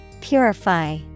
Purify